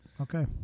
okay